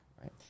right